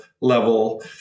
level